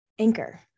Anchor